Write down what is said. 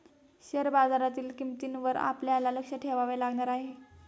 share बाजारातील किंमतींवर आपल्याला लक्ष ठेवावे लागणार आहे